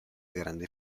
grandi